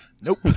Nope